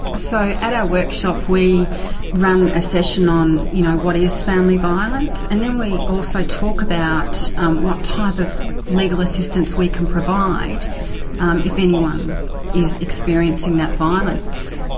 so at our workshop we run a session on, you know, what is family violence? and then we also talk about what type of legal assistance we can provide um if anyone is experiencing that violence.